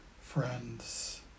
friends